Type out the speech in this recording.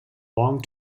long